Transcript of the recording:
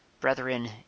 brethren